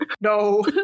No